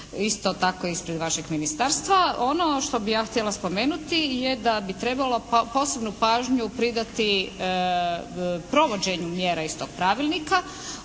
isto tako ispred vašeg ministarstva. Ono što bih ja htjela spomenuti je da bi trebalo posebnu pažnju pridati provođenju mjera iz tog pravilnika